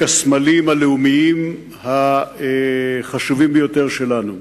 הם ללא ספק הסמלים הלאומיים החשובים ביותר שלנו.